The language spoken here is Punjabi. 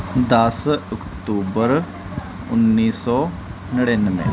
ਦਸ ਅਕਤੂਬਰ ਉੱਨੀ ਸੌ ਨੜ੍ਹਿਨਵੇਂ